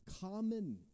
Common